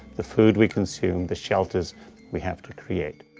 the food we consume, the shelters we have to create.